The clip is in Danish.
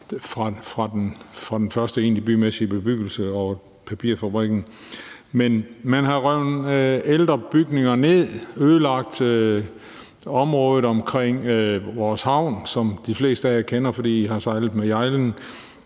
fra den første egentlige bymæssige bebyggelse og papirfabrikken, men man har revet ældre bygninger ned og ødelagt området omkring vores havn, som de fleste af jer kender, fordi I har sejlet med Hjejlen,